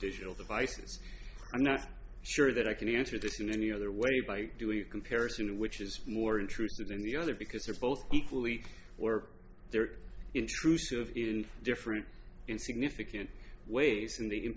digital devices i'm not sure that i can answer this in any other way by doing a comparison which is more intrusive than the other because they're both equally work they're intrusive and different in significant ways and the